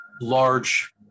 large